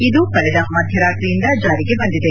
ಇದು ಕಳೆದ ಮಧ್ಯರಾತ್ರಿಯಿಂದ ಜಾರಿಗೆ ಬಂದಿದೆ